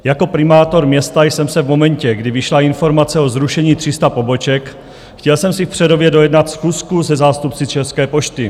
Jako primátor města jsem si v momentě, kdy vyšla informace o zrušení 300 poboček, chtěl v Přerově dojednat schůzku se zástupci České pošty.